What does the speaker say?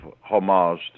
homage